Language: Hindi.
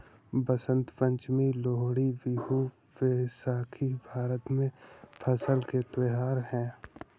बसंत पंचमी, लोहड़ी, बिहू, बैसाखी भारत में फसल के त्योहार हैं